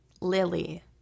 Lily